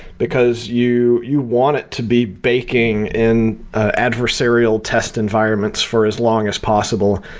because you you want it to be baking in adversarial test environments for as long as possible,